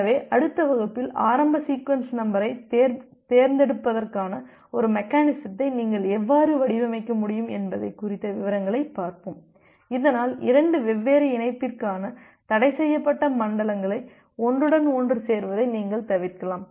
எனவே அடுத்த வகுப்பில் ஆரம்ப சீக்வென்ஸ் நம்பரைத் தேர்ந்தெடுப்பதற்கான ஒரு மெக்கெனிசத்தை நீங்கள் எவ்வாறு வடிவமைக்க முடியும் என்பதை குறித்த விவரங்களை பார்ப்போம் இதனால் இரண்டு வெவ்வேறு இணைப்பிற்கான தடைசெய்யப்பட்ட மண்டலங்களை ஒன்றுடன் ஒன்று சேர்வதை நீங்கள் தவிர்க்கலாம்